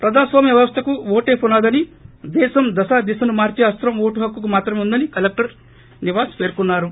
ప్రజా స్వామ్య వ్యవస్థకు ఓటే పునాధని దేశం దశ దిశను మార్చే అస్తం ఓటు హక్కుకు మాత్రమే ఉందని కలెక్టర్ నివాస్ పేర్కొన్నారు